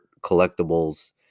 collectibles